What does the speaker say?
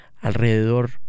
alrededor